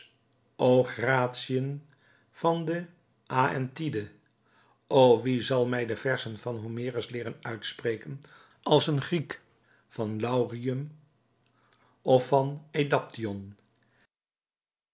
o gratiën van de aeantide o wie zal mij de verzen van homerus leeren uitspreken als een griek van laurium of van edapteon